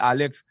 Alex